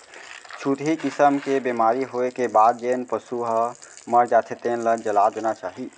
छुतही किसम के बेमारी होए के बाद जेन पसू ह मर जाथे तेन ल जला देना चाही